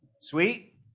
sweet